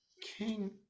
King